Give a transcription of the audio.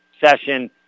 session